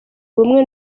ubumwe